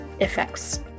effects